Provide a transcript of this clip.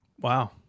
Wow